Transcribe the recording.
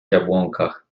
jabłonkach